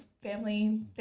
Family